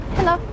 Hello